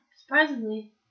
surprisingly